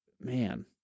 man